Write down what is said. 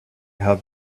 how